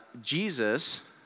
Jesus